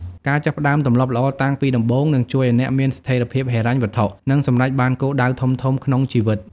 ការចាប់ផ្ដើមទម្លាប់ល្អតាំងពីដំបូង នឹងជួយឱ្យអ្នកមានស្ថិរភាពហិរញ្ញវត្ថុ និងសម្រេចបានគោលដៅធំៗក្នុងជីវិត។